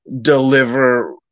deliver